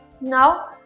Now